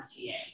RTA